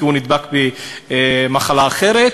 כי הוא נדבק במחלה אחרת,